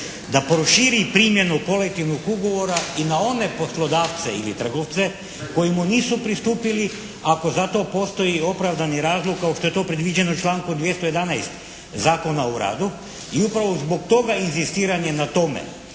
da proširi primjenu kolektivnog ugovora i na one poslodavce ili trgovce koji mu nisu pristupili ako za to postoji opravdani razlog kao što je to predviđeno člankom 211. Zakona o radu. I upravo zbog toga inzistiranje na tome.